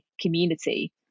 community